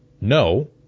no